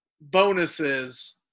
bonuses